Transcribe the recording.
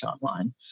online